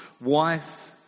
wife